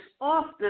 often